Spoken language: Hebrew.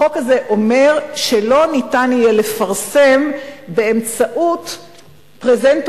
החוק הזה אומר שלא ניתן יהיה לפרסם באמצעות פרזנטורים,